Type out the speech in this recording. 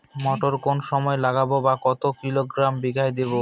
মটর কোন সময় লাগাবো বা কতো কিলোগ্রাম বিঘা দেবো?